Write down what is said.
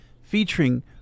featuring